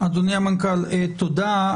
אדוני המנכ"ל, תודה.